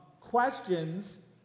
questions